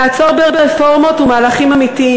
לעצור ברפורמות ומהלכים אמיתיים.